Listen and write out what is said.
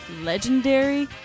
legendary